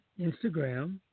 Instagram